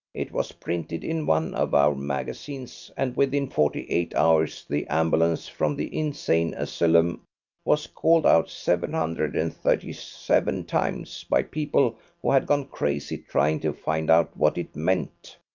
it was printed in one of our magazines and within forty-eight hours the ambulance from the insane asylum was called out seven hundred and thirty seven times by people who had gone crazy trying to find out what it meant.